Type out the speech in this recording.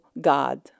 God